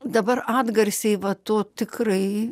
dabar atgarsiai va to tikrai